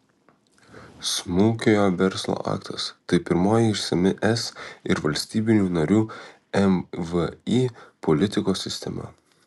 smulkiojo verslo aktas tai pirmoji išsami es ir valstybių narių mvį politikos sistema